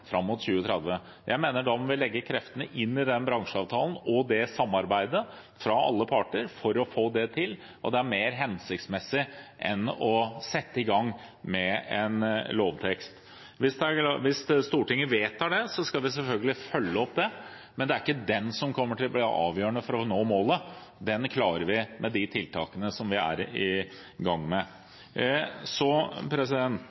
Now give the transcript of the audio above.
fram mot 2030. Jeg mener at da må alle parter legge kreftene inn i den bransjeavtalen og det samarbeidet for å få det til, og det er mer hensiktsmessig enn å sette i gang med en lovtekst. Hvis Stortinget vedtar det, skal vi selvfølgelig følge opp det. Men det er ikke den som kommer til å bli avgjørende for å nå målet. Den klarer vi med de tiltakene som vi er i gang med.